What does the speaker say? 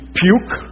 puke